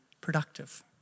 productive